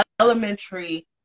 elementary